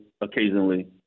occasionally